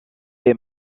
est